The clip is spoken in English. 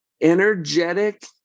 energetic